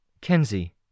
Kenzie